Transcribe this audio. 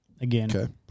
Again